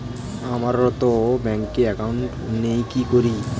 আমারতো ব্যাংকে একাউন্ট নেই কি করি?